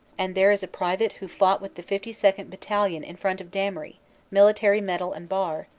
and there is a private who fought with the fifty second. battalion in front of damery-military medal and bar,